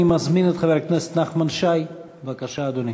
אני מזמין את חבר הכנסת נחמן שי, בבקשה, אדוני.